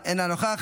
אינו נוכח,